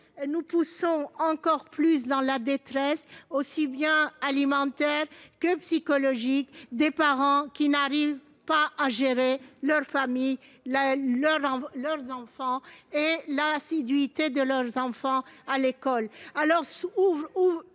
nous poussons encore plus dans la détresse, aussi bien alimentaire que psychologique, des parents qui n'arrivent pas à gérer l'assiduité de leurs enfants à l'école.